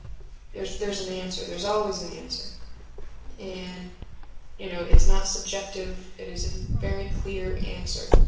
there's there's an answer, there's always an answer and you know it's not subjective it is a very clear answer.